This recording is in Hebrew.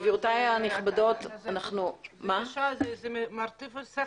זה מטריף את השכל.